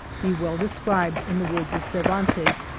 be well described in the words of cervantes,